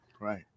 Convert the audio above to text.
Right